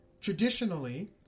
traditionally